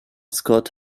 scott